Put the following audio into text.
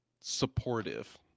supportive